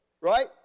right